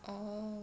orh